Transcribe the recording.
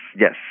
yes